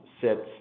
sits